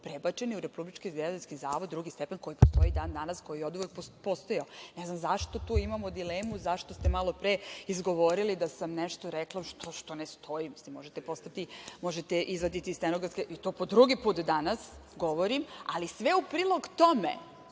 prebačeni u RGZ, drugi stepen, koji postoji i dan danas, koji je oduvek postojao. Ne znam zašto tu imamo dilemu i zašto ste malopre izgovorili da sam nešto rekla što ne stoji, možete izvaditi stenografske beleške i to po drugi put danas govorim, ali sve u prilog tome